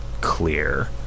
clear